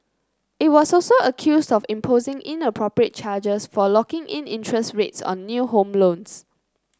it was also accused of imposing inappropriate charges for locking in interest rates on new home loans